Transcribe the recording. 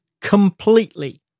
completely